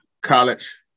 college